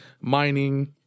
mining